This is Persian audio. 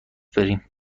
بریم